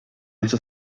esa